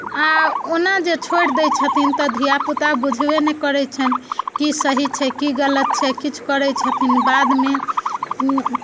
आ ओना जे छोड़ि दैत छथिन तऽ धियापुता बुझबे नहि करैत छैन्ह की सही छै की गलत छै किछु करैत छथिन बादमे